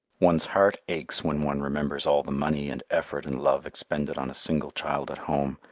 one's heart aches when one remembers all the money and effort and love expended on a single child at home,